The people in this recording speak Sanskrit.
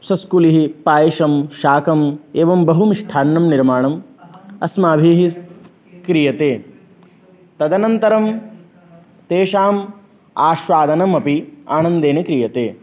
शष्कुलिः पायसं शाकम् एवं बहुमिष्टान्ननिर्माणम् अस्माभिः क्रियते तदनन्तरं तेषाम् आस्वादनमपि आनन्देन क्रियते